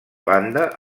banda